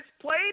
played